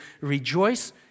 rejoice